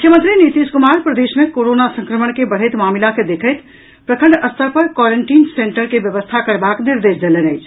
मुख्यमंत्री नीतीश कुमार प्रदेश मे कोरोना संक्रमण के बढ़ैत मामिला के देखैत प्रखंड स्तर पर क्वारेंटिन सेंटर के व्यवस्था करबाक निर्देश देलनि अछि